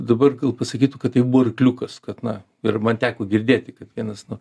dabar gal pasakytų kad tai buvo arkliukas kad na ir man teko girdėti kad vienas nu